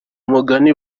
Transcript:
mugani